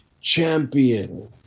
champion